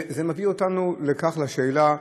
זה מביא אותנו לשאלה,